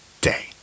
day